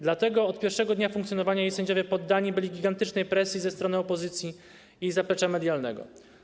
Dlatego od pierwszego dnia funkcjonowania jej sędziowie poddani byli gigantycznej presji ze strony opozycji i zaplecza medialnego.